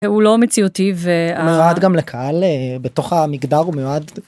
הוא לא מציאותי וגם לקהל בתוך המגדר מועד.